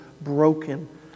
broken